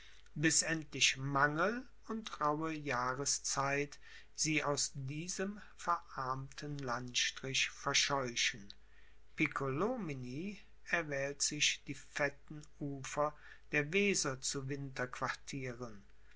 bis endlich mangel und rauhe jahreszeit sie aus diesem verarmten landstrich verscheuchen piccolomini erwählt sich die fetten ufer der weser zu